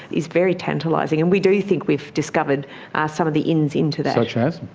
is very tantalising. and we do think we've discovered some of the ins into that. such as?